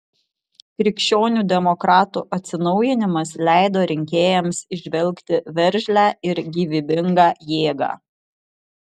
krikščionių demokratų atsinaujinimas leido rinkėjams įžvelgti veržlią ir gyvybingą jėgą